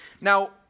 Now